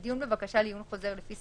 זה לגמרי בגלל